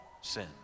sin